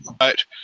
right